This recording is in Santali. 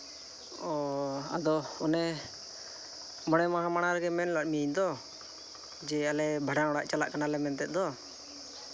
ᱚᱻ ᱟᱫᱚ ᱚᱱᱮ ᱵᱟᱞᱮ ᱢᱟᱦᱟ ᱢᱟᱲᱟᱝ ᱨᱮᱜᱮ ᱢᱮᱱ ᱞᱟᱫ ᱢᱮᱭᱟᱧ ᱛᱚ ᱡᱮ ᱟᱞᱮ ᱵᱷᱟᱸᱰᱟᱱ ᱚᱲᱟᱜ ᱪᱟᱞᱟᱜ ᱠᱟᱱᱟᱞᱮ ᱢᱮᱱᱛᱮᱜ ᱫᱚ